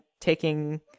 taking